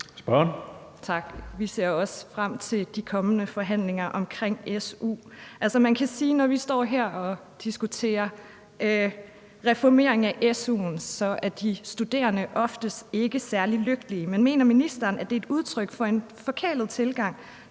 Vi ser også frem til de kommende forhandlinger om su. Man kan sige, at når vi står her og diskuterer en reformering af su'en, så er de studerende oftest ikke særlig lykkelige. Men mener ministeren, at det er et udtryk for en forkælet tilgang,